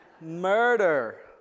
murder